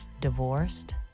divorced